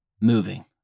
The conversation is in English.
moving